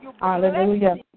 Hallelujah